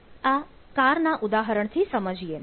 આ કાર ના ઉદાહરણ થી સમજીએ